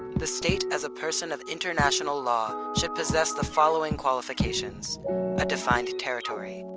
the state as a person of international law should possess the following qualifications a defined territory,